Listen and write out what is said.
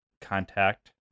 contact